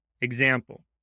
Example